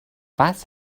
was